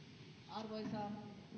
arvoisa